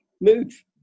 move